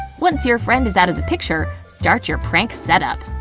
once your friend is out of the picture, start your prank set-up.